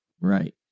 Right